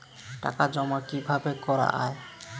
টাকা জমা কিভাবে করা য়ায়?